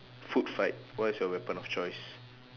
food fight what is your weapon of choice